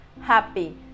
happy